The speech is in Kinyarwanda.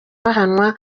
bahanwa